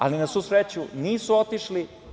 Ali, na svu sreću, nisu otišli.